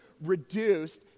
reduced